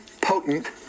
potent